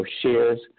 shares